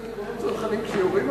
מה לומדים בטירונות צנחנים שיורים עליהם,